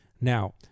now